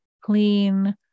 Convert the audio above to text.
clean